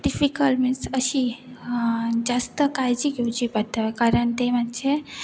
difficult means अशी जास्त काळजी घेवची पडटा कारण ते मातशे